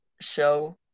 show